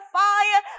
fire